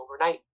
overnight